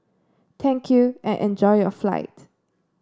thank you and enjoy your flight